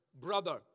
brother